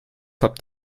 habt